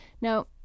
Now